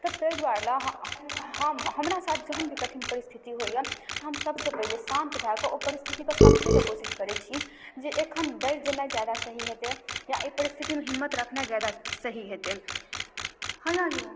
ताहि दुआरे हम हमरा साथ जहन भी कठिन परिस्थिति होइए तऽ हम सबसँ पहिले शान्त भऽ कऽ ओ परिस्थितिके समझैके कोशिश करै छी जे एखन डरि जेनाइ ज्यादा सही हेतै या एहि परिस्थितिमे हिम्मत रखनाइ ज्यादा सही हेतै हैए ले